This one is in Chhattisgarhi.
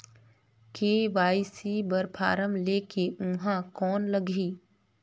के.वाई.सी बर फारम ले के ऊहां कौन लगही?